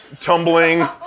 tumbling